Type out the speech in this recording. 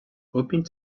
hoping